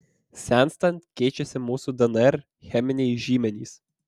senstant keičiasi mūsų dnr cheminiai žymenys